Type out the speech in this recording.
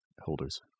holders